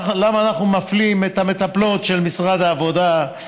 למה אנחנו מפלים את המטפלות של משרד העבודה?